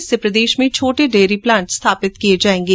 इससे प्रदेश में छोटे डेयरी प्लांट स्थापित किये जायेगें